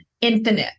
infinite